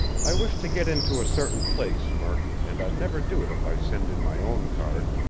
i wish to get into a certain place, murk, and i'd never do it if i send in my own card.